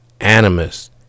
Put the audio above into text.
animus